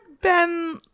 Ben